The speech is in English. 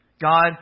God